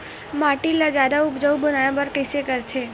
माटी ला जादा उपजाऊ बनाय बर कइसे करथे?